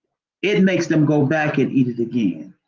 it makes them go back and eat it again.